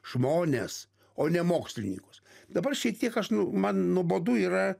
žmones o ne mokslininkus dabar šiek tiek aš nu man nuobodu yra